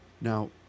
Now